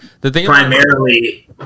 primarily